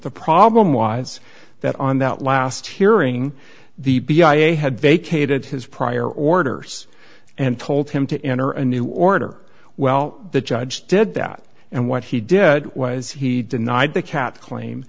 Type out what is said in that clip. the problem was that on that last hearing the b i a had vacated his prior orders and told him to enter a new order well the judge did that and what he did was he denied the cat claim